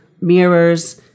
mirrors